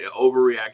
overreaction